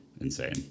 insane